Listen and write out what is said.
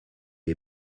est